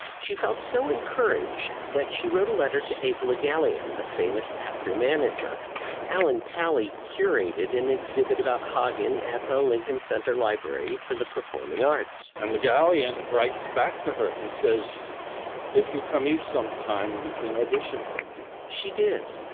she felt so encouraged that she wrote a letter to april a galleon the famous actor manager allan pally curated an exhibit about hagen at the lincoln center library for the performing arts and la galleon writes back to her and says if you come in sometime you can audition for me she did.